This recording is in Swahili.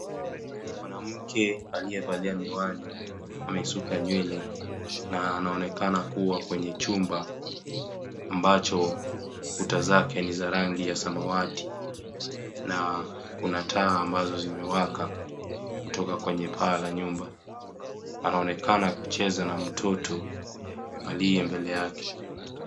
Mwanamke aliyevalia miwani amesuka nywele na anaonekana kuwa kwenye chumba ambacho kuta zake ni za rangi ya samawati. Na kuna taa ambazo zimewaka kutoka kwenye paa la nyumba. Anaonekana kucheza na mtoto aliye mbele yake.